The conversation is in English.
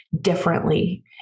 differently